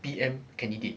P_M candidate